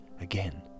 again